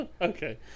okay